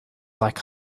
like